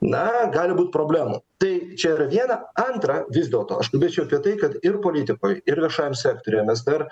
na gali būt problemų tai čia yra viena antra vis dėlto aš kalbėčiau apie tai kad ir politikoj ir viešajam sektoriuje mes dar